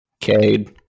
Cade